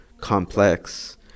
complex